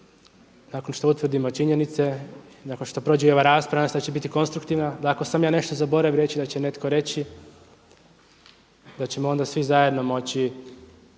nakon što utvrdimo činjenice, nakon što prođe i ova rasprava, nadam se da će biti konstruktivna, da ako sam ja nešto zaboravio reći da će netko reći, da ćemo onda svi zajedno moći